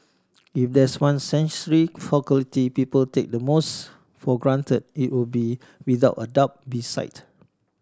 if there's one sensory faculty people take the most for granted it would be without a doubt be sight